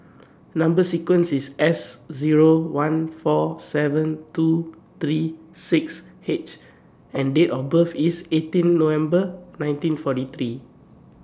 Number sequence IS S Zero one four seven two three six H and Date of birth IS eighteen November nineteen forty three